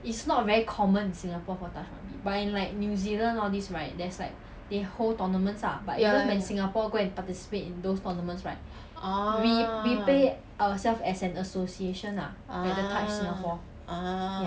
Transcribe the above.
ya ya orh ah